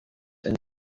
and